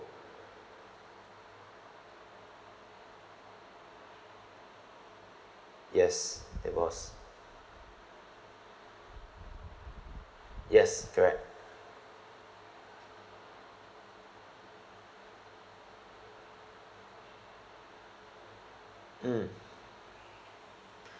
yes it was yes correct mm